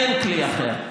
אין כלי אחר.